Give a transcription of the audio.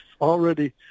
already